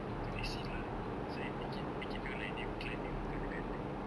into the scene lah so that make it make it look like they were climbing onto the